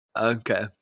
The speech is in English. okay